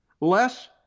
less